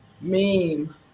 meme